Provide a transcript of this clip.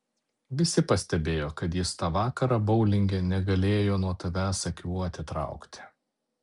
visi pastebėjo kad jis tą vakarą boulinge negalėjo nuo tavęs akių atitraukti